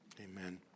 Amen